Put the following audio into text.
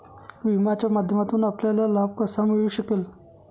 विम्याच्या माध्यमातून आपल्याला लाभ कसा मिळू शकेल?